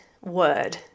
word